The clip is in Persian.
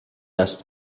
است